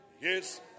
Yes